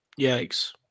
Yikes